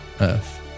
Earth